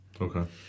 Okay